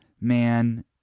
man